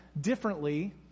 differently